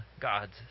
God's